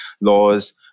laws